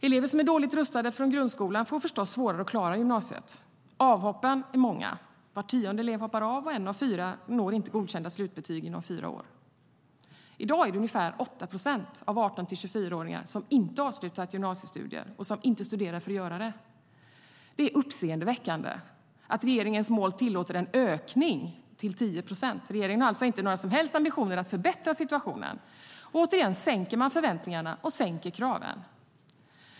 Elever som är dåligt rustade från grundskolan får förstås svårare att klara gymnasiet. Avhoppen är många. Var tionde elev hoppar av, och en av fyra når inte godkända slutbetyg inom fyra år. I dag är det ungefär 8 procent av 18-24-åringarna som inte avslutat gymnasiestudier och som inte studerar för att göra det. Det är uppseendeväckande att regeringens mål tillåter en ökning till 10 procent. Regeringen har alltså inte några som helst ambitioner att förbättra situationen. Återigen sänker man förväntningarna och kraven.